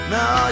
Now